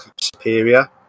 superior